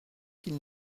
qu’il